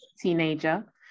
teenager